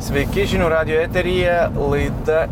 sveiki žinių radijo eteryje laida